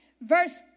Verse